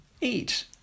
Eat